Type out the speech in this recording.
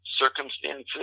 circumstances